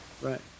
right